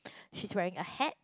she's wearing a hat